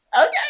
Okay